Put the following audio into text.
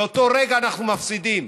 באותו רגע אנחנו מפסידים.